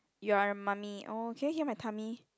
you're a mummy oh can you hear my tummy